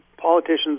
politicians